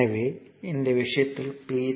எனவே இந்த விஷயத்தில் P 3 0